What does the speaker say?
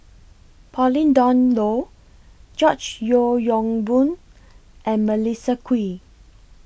Pauline Dawn Loh George Yeo Yong Boon and Melissa Kwee